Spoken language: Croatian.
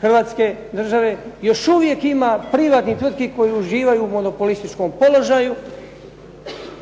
Hrvatske države, još uvijek ima privatnih tvrtki koje uživaju u monopolističkom položaju